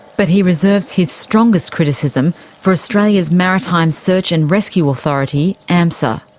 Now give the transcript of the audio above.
but he reserves his strongest criticism for australia's maritime search and rescue authority, amsa.